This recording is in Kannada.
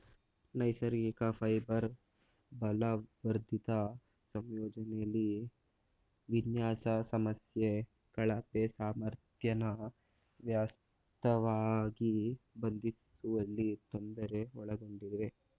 ನೈಸರ್ಗಿಕ ಫೈಬರ್ ಬಲವರ್ಧಿತ ಸಂಯೋಜನೆಲಿ ವಿನ್ಯಾಸ ಸಮಸ್ಯೆ ಕಳಪೆ ಸಾಮರ್ಥ್ಯನ ವಾಸ್ತವವಾಗಿ ಬಂಧಿಸುವಲ್ಲಿ ತೊಂದರೆ ಒಳಗೊಂಡಿವೆ